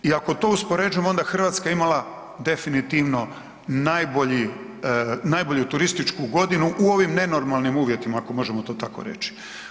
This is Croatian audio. I ako to uspoređujemo onda je Hrvatska imala definitivno najbolju turističku godinu u ovim nenormalnim uvjetima, ako to možemo to tako reći.